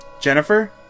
Jennifer